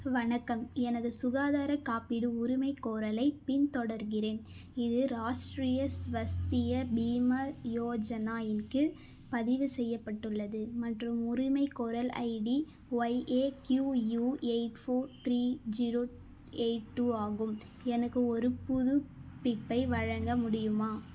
வணக்கம் எனது சுகாதார காப்பீட்டு உரிமைகோரலைப் பின்தொடர்கிறேன் இது ராஷ்டிரிய ஸ்வஸ்திய பீம யோஜனாயின் கீழ் பதிவு செய்யப்பட்டுள்ளது மற்றும் உரிமைகோரல் ID Y A Q U eight four three zero eight two ஆகும் எனக்கு ஒரு புதுப்பிப்பை வழங்க முடியுமா